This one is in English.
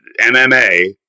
MMA